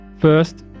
first